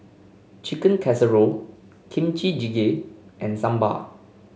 Chicken Casserole Kimchi Jjigae and Sambar